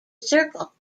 circle